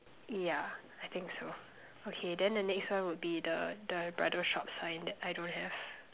yeah I think so okay then the next one would be the the bridal shop sign that I don't have